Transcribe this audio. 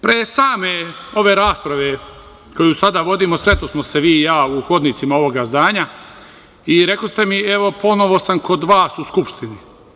Pre same ove rasprave koju sada vodimo, sretosmo se vi i ja u hodnicima ovoga zdanja i rekoste mi – evo, ponovo sam kod vas u Skupštini.